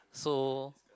so